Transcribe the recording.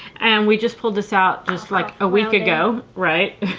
and we just pulled this out just like a week ago. right?